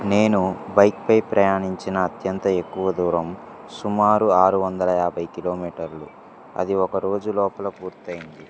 నేను బైక్ పై ప్రయాణించిన అత్యంత ఎక్కువ దూరం సుమారు ఆరు వందల యాభై కిలోమీటర్లు అది ఒక రోజు లోపల పూర్తి అయ్యింది